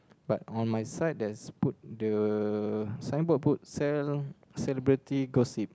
but on my side the signboard put celebrity gossips